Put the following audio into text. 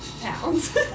pounds